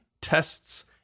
tests